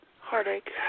heartache